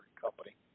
Company